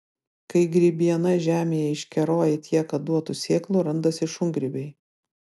kai grybiena žemėje iškeroja tiek kad duotų sėklų randasi šungrybiai